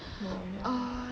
no never